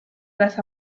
las